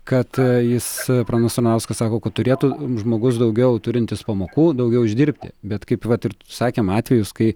kad jis ponas varanauskas sako kad turėtų žmogus daugiau turintis pamokų daugiau uždirbti bet kaip vat ir sakėm atvejus kai